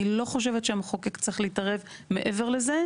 אני לא חושבת שהמחוקק צריך להתערב מעבר לזה.